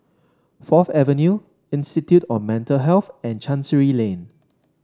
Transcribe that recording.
Fourth Avenue Institute of Mental Health and Chancery Lane